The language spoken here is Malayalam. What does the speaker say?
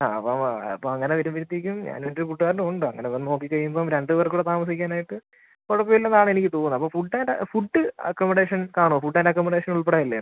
ആ അപ്പം അപ്പോൾ അങ്ങനെ വരുമ്പോഴത്തേക്കും ഞാനും എൻ്റെ കൂട്ടുകാരനുണ്ട് അങ്ങനത് നോക്കി കഴിയുമ്പം രണ്ട് പേർക്കൂടെ താമസിക്കാനായിട്ട് കുഴപ്പമില്ലെന്നാണെനിക്ക് തോന്നുന്നത് അപ്പോൾ ഫുഡ് ആൻഡ് ഫുഡ് അക്കോമഡേഷൻ കാണോ ഫുഡ് ആൻഡ് അക്കോമഡേഷനുൾപ്പെടെ അല്ലേ